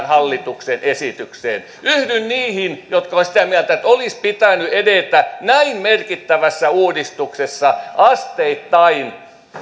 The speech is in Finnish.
hallituksen esitykseen yhdyn niihin jotka ovat sitä mieltä että olisi pitänyt edetä näin merkittävässä uudistuksessa asteittain